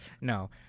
no